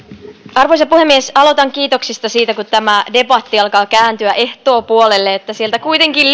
arvoisa puhemies aloitan kiitoksista siitä kun tämä debatti alkaa kääntyä ehtoopuolelle että sieltä kuitenkin